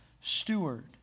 steward